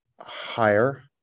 higher